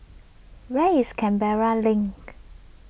where is Canberra Link